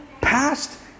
past